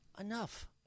Enough